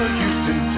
Houston